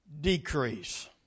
decrease